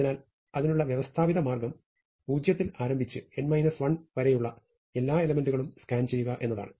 അതിനാൽ അതിനുള്ള വ്യവസ്ഥാപിത മാർഗം 0 യിൽ ആരംഭിച്ച് n 1 വരെയുള്ള എല്ലാ എലെമെന്റുകളും സ്കാൻ ചെയ്യുക എന്നതാണ്